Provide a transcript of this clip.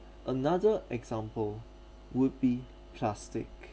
another example would be plastic